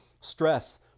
stress